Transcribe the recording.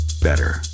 better